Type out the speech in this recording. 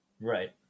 Right